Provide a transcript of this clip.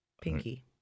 Pinky